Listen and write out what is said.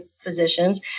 physicians